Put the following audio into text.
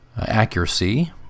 accuracy